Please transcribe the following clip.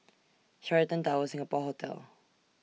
Sheraton Towers Singapore Hotel